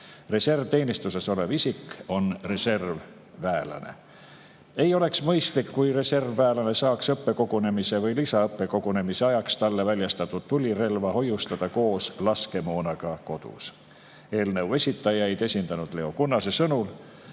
reservteenistuses olev isik on reservväelane. Ei oleks mõistlik, kui reservväelane saaks õppekogunemise või lisaõppekogunemise ajaks talle väljastatud tulirelva hoiustada koos laskemoonaga kodus. Eelnõu esitajaid esindanud Leo Kunnase sõnul